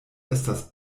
estas